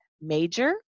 major